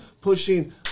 pushing